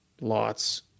Lots